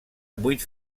vuit